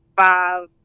five